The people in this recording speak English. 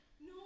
No